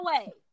away